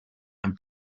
and